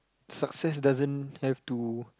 success doesn't have to